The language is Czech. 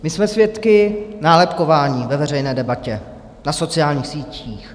My jsme svědky nálepkování ve veřejné debatě, na sociálních sítích.